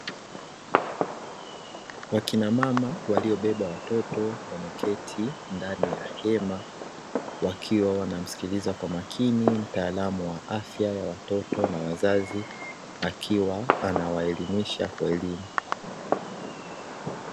Wakina mama waliobeba watoto wameketi ndani ya hema. Wakiwa wanamsikiliza kwa makini mtaalamu wa afya ya watoto na wazazi akiwa anawaelimisha kwa elimu.